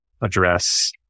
address